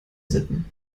sitten